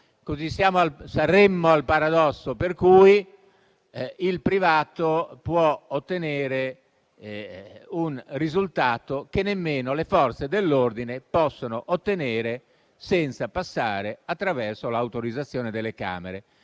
Saremmo al paradosso per cui il privato può raggiungere un risultato che nemmeno le Forze dell'ordine possono ottenere senza passare attraverso l'autorizzazione delle Camere.